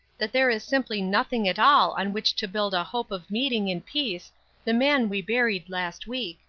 that there is simply nothing at all on which to build a hope of meeting in peace the man we buried last week.